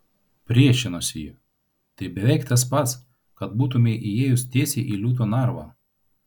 priešinosi ji tai beveik tas pats kad būtumei įėjus tiesiai į liūto narvą